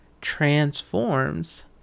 transforms